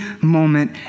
moment